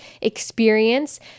experience